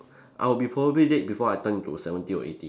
I will be probably dead before I turn into seventy or eighty already